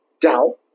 Doubt